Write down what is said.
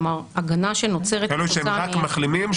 כאלה שהם רק מחלימים,